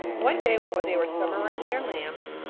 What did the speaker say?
one day, while they were summering their lambs,